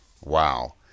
wow